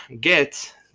get